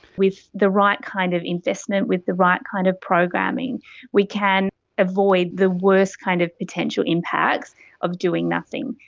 with the right kind of investment, with the right kind of programming we can avoid the worst kind of potential impacts of doing nothing.